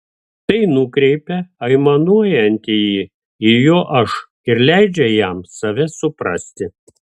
tai nukreipia aimanuojantįjį į jo aš ir leidžia jam save suprasti